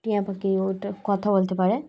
টিয়া পাখি ওটা কথা বলতে পারে